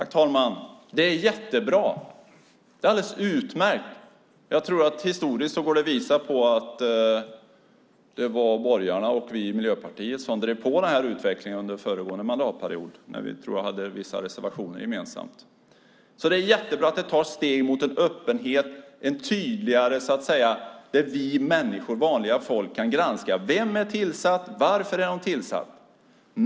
Fru talman! Det är jättebra. Det är alldeles utmärkt. Jag tror att det historiskt går att visa att det var borgarna och vi i Miljöpartiet som drev på den här utvecklingen under föregående mandatperiod. Vi hade då vissa reservationer gemensamt. Det är jättebra att det tas steg mot en tydligare öppenhet där vi vanliga människor kan granska vem som är tillsatt och varför han eller hon är tillsatt.